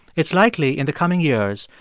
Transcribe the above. it's likely, in the coming years,